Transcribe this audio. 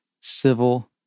civil